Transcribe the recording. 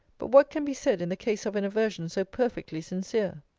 but what can be said in the case of an aversion so perfectly sincere?